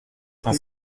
cinq